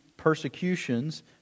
Persecutions